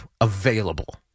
available